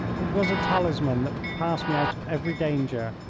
it was a talisman that would pass me out of every danger,